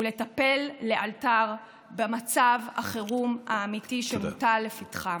ולטפל לאלתר במצב החירום האמיתי שמוטל לפתחם.